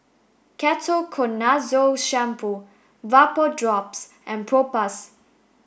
Ketoconazole shampoo Vapodrops and Propass